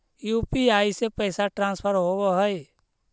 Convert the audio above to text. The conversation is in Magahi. यु.पी.आई से पैसा ट्रांसफर होवहै?